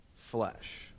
flesh